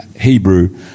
Hebrew